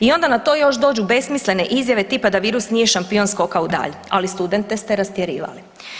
I onda na to dođu besmislene izjave tipa da virus nije šampion skoka u dalj, ali studente ste rastjerivali.